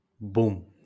Boom